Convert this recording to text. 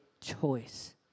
choice